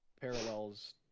parallels